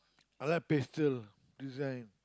I like pastel design